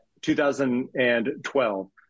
2012